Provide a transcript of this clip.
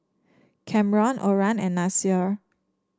Camron Oran and Nasir